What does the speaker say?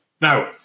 Now